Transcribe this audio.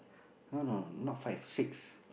no no not five six